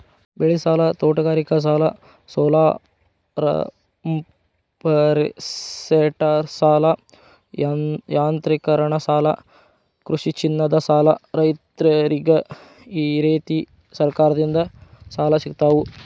ಬೆಳಿಸಾಲ, ತೋಟಗಾರಿಕಾಸಾಲ, ಸೋಲಾರಪಂಪ್ಸೆಟಸಾಲ, ಯಾಂತ್ರೇಕರಣಸಾಲ ಕೃಷಿಚಿನ್ನದಸಾಲ ರೈತ್ರರಿಗ ಈರೇತಿ ಸರಕಾರದಿಂದ ಸಾಲ ಸಿಗ್ತಾವು